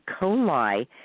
coli